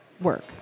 work